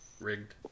Rigged